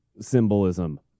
symbolism